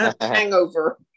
hangover